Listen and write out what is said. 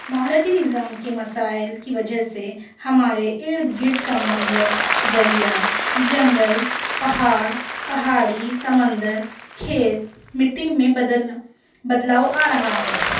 ماحولیاتی نظام کے مسائل کی وجہ سے ہمارے ارد گرد کا منظر دریا جنگل پہاڑ پہاڑی سمندر کھیت مٹی میں بدلنا بدلاؤ آ رہا ہے